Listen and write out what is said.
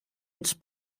its